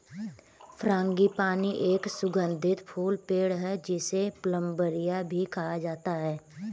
frangipani एक सुगंधित फूल पेड़ है, जिसे प्लंबरिया भी कहा जाता है